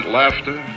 laughter